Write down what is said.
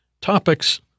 topics